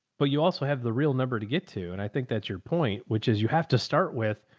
but you also have the real number to get to. and i think that's your point, which is you have to start with,